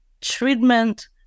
treatment